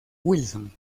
wilson